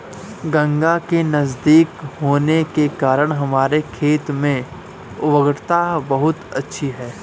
गंगा के नजदीक होने के कारण हमारे खेत में उर्वरता बहुत अच्छी है